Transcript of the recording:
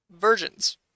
Virgins